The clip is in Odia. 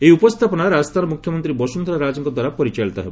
ଏହି ଉପସ୍ଥାପନା ରାଜସ୍ଥାନ ମୁଖ୍ୟମନ୍ତ୍ରୀ ବସୁନ୍ଧରା ରାଜେଙ୍କ ଦ୍ୱାରା ପରିଚାଳିତ ହେବ